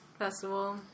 festival